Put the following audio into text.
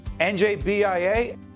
NJBIA